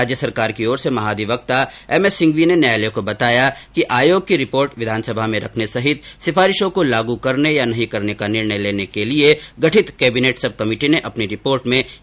राज्य सरकार की ओर से महाधिवक्ता एमएस सिंघवी ने न्यायालय को बताया कि आयोग की रिपोर्ट विधानसभा में रखने सहित सिफारिशों को लागू करने या नहीं करने का निर्णय लेने के लिए गठित कैबिनेट सब कमेटी ने अपनी रिपोर्ट में यह आशंका जाहिर की थी